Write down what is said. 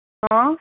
હ